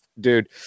dude